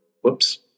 whoops